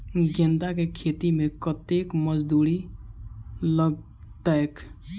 गेंदा केँ खेती मे कतेक मजदूरी लगतैक?